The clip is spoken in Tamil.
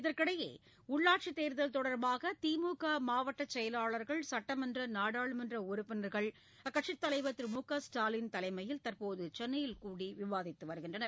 இதற்கிடையே உள்ளாட்சித் தேர்தல் தொடர்பாக திமுக மாவட்ட செயலாளர்கள் சுட்டமன்ற நாடாளுமன்ற உறுப்பினர்கள் அக்கட்சித் தலைவர் திரு மு க ஸ்டாலின் தலைமையில் தற்போது சென்னையில் கூடி விவாதித்து வருகின்றனர்